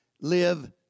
live